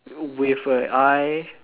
with an eye